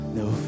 no